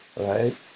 right